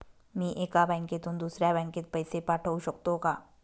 मी एका बँकेतून दुसऱ्या बँकेत पैसे पाठवू शकतो का?